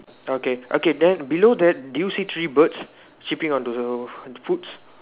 okay okay then below that do you see three birds sipping on to the food